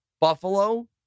Buffalo